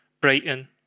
Brighton